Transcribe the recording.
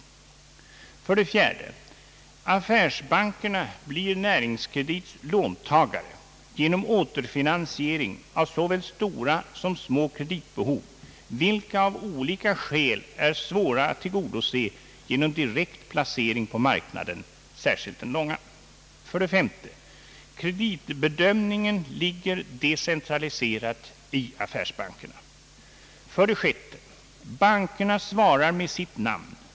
4) Affärsbankerna blir Näringskredits låntagare genom återfinansiering av såväl stora som små kreditbehov, vilka av olika skäl är svåra att tillgodose genom direkt placering på marknaden, särskilt den långa. 5) Kreditbedömningen ligger decentraliserat i affärsbankerna.